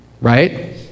right